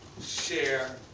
share